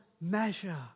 measure